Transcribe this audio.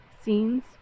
scenes